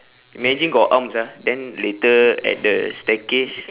imagine got arms ah then later at the staircase